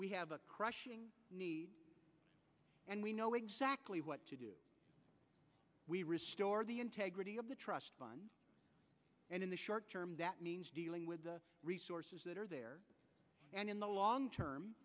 we have a crush and we know exactly what to do we restore the integrity of the trust fund and in the short term that means dealing with the resources that are there and in the long term